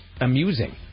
amusing